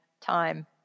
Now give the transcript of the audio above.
time